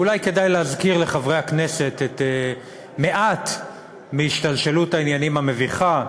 אולי כדאי להזכיר לחברי הכנסת מעט מהשתלשלות העניינים המביכה: